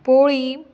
पोळी